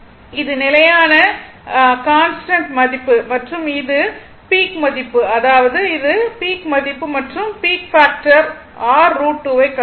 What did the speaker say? இது கான்ஸ்டன்ட் மதிப்பு மற்றும் இது பீக் மதிப்பு அதாவது இது பீக் மதிப்பு மற்றும் r பீக் பாக்டர் r√2 ஐக் கண்டோம்